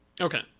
Okay